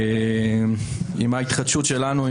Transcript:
עם ההתחדשות שלנו,